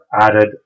added